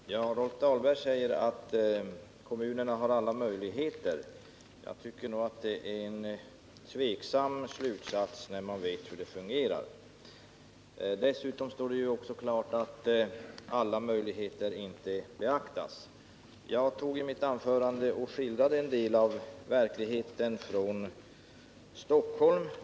Herr talman! Rolf Dahlberg säger att kommunerna har alla möjligheter att agera i detta sammanhang. För den som vet hur det fungerar framstår den slutsatsen som tvivelaktig. Dessutom står det också klart att alla möjligheter inte beaktas. Jag skildrade i mitt anförande en del av verkligheten i Stockholm.